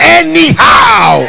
anyhow